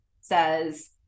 says